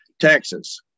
Texas